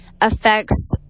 affects